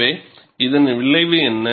எனவே இதன் விளைவு என்ன